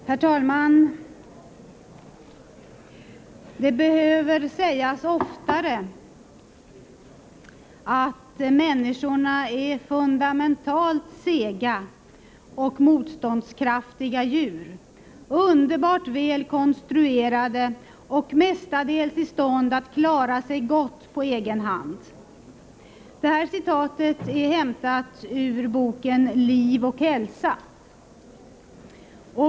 Herr talman! ”Det behöver sägas oftare, att människorna är fundamentalt sega och motståndskraftiga djur, underbart väl konstruerade och mestadels i stånd att klara sig gott på egen hand.” Citatet är hämtat ur boken ”Liv och hälsa”.